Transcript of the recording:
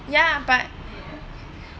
ya but